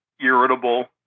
irritable